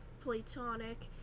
platonic